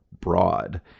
broad